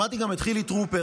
שמעתי גם את חילי טרופר,